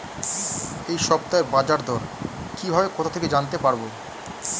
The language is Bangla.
এই সপ্তাহের বাজারদর কিভাবে কোথা থেকে জানতে পারবো?